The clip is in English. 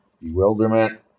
Bewilderment